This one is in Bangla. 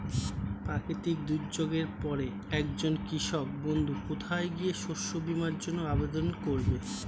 প্রাকৃতিক দুর্যোগের পরে একজন কৃষক বন্ধু কোথায় গিয়ে শস্য বীমার জন্য আবেদন করবে?